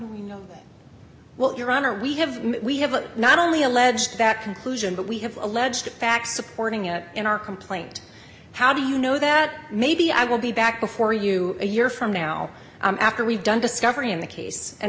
know well your honor we have we have not only alleged that conclusion but we have alleged facts supporting it in our complaint how do you know that maybe i will be back before you a year from now after we've done discovery in the case and